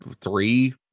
three